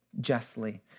justly